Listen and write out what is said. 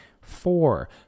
Four